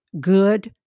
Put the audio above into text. good